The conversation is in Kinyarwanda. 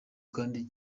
kandi